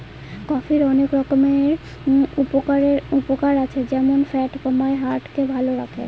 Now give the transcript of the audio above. কফির অনেক রকমের উপকারে আছে যেমন ফ্যাট কমায়, হার্ট কে ভালো করে